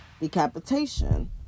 decapitation